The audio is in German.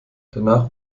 danach